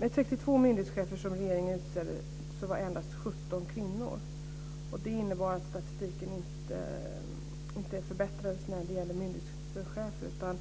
de 62 myndighetschefer som regeringen utsåg var endast 17 kvinnor. Det innebar att statistiken inte förbättrades när det gäller myndighetschefer.